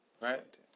Right